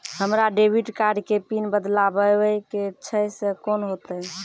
हमरा debit card के pin बदलबावै के छैं से कौन होतै?